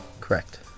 Correct